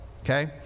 okay